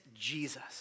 Jesus